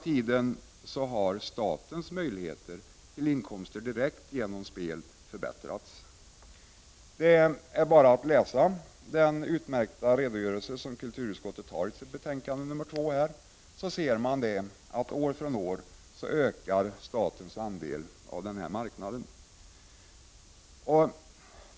Vidare har statens möjligheter till inkomster direkt genom spel hela tiden förbättrats. Läser man den utmärkta redogörelse som kulturutskottet ger i sitt betänkande nr 2 ser man att statens andel av den här marknaden ökat år från år.